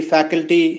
Faculty